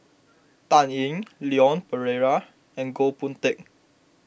Dan Ying Leon Perera and Goh Boon Teck